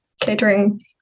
catering